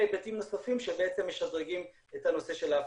היבטים נוספים שבעצם משדרגים את נושא האבטחה.